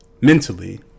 mentally